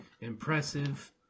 impressive